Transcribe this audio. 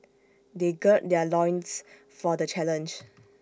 they gird their loins for the challenge